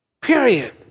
Period